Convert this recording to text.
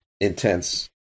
intense